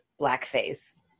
blackface